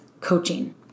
coaching